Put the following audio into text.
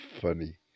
funny